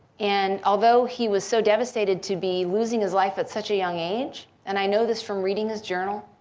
and although he was so devastated to be losing his life at such a young age, and i know this from reading his journal,